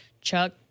Chuck